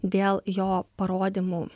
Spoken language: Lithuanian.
dėl jo parodymų